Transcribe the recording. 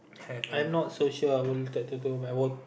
I'm not so sure I will scared to do my work